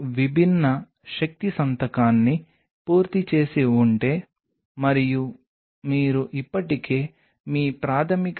ఈ విభిన్న సింథటిక్ మరియు నేచురల్ ఎక్స్ట్రాసెల్యులర్ మ్యాట్రిక్స్తో మన చర్చను ప్రారంభిద్దాం